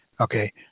Okay